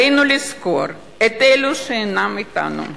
עלינו לזכור את אלה שאינם אתנו,